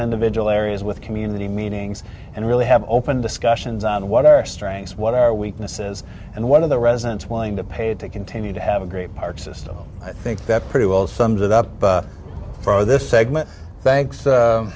individual areas with community meetings and really have open discussions on what our strengths what are weaknesses and one of the residents willing to pay to continue to have a great park system i think that pretty well sums it up for this segment thanks